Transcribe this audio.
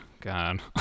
God